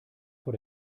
vor